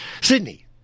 Sydney